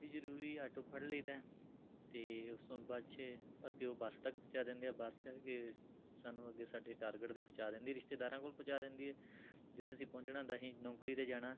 ਵੀ ਜ਼ਰੂਰੀ ਆਟੋ ਫੜ ਲਈ ਦਾ ਹੈ ਅਤੇ ਉਸ ਤੋਂ ਬਾਅਦ 'ਚ ਅੱਗੇ ਉਹ ਬੱਸ ਤੱਕ ਪਹੁੰਚਾ ਦਿੰਦੇ ਹੈ ਬੱਸ ਅੱਗੇ ਸਾਨੂੰ ਅੱਗੇ ਸਾਡੇ ਟਾਰਗੇਟ 'ਤੇ ਪਹੁੰਚਾ ਦਿੰਦੀ ਰਿਸ਼ਤੇਦਾਰਾਂ ਕੋਲ ਪਹੁੰਚਾ ਦਿੰਦੀ ਹੈ ਜਿੱਥੇ ਅਸੀਂ ਪਹੁੰਚਣਾ ਹੁੰਦਾ ਅਸੀਂ ਨੌਕਰੀ 'ਤੇ ਜਾਣਾ